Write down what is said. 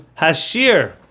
Hashir